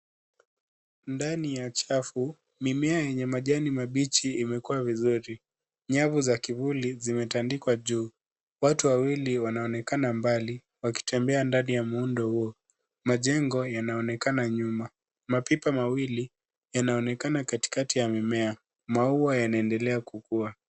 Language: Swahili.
Ndani ya chafu, mimea yenye majani mabichi imekua vizuri. Nyavu za kivuli zimetandikwa juu. Watu wawili wanaonekana mbali, wakitembea ndani ya muundo huo. Majengo yanaonekana nyuma. Mapipa mawili yanaonekana katikati ya mmea. Maua yanaendelea kukua.